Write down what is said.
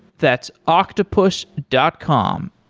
that's octopus dot com,